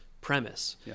premise